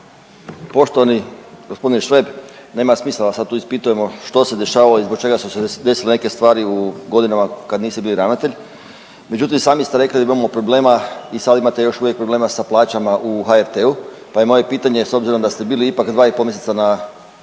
Poštovani gospodine Šveb, nema smisla da sad tu ispitujemo što se dešavalo i zbog čega su se desile neke stvari u godinama kad nisi bio ravnatelj. Međutim, sami ste rekli da imamo problema i sad imate još uvijek problema sa plaćama u HRT-u, pa je moje pitanje s obzirom da ste bili ipak dva i pol mjeseca na